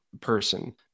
person